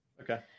Okay